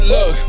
Look